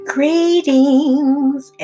Greetings